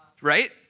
Right